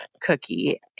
cookie